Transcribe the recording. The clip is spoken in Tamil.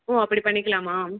ஓ அப்படி பண்ணிக்கலாமா